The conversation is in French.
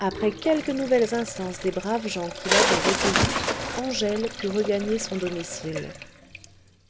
après quelques nouvelles instances des braves gens qui l'avaient recueillie angèle put regagner son domicile